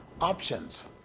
options